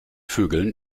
vögeln